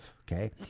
okay